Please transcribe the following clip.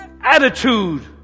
attitude